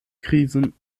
krisen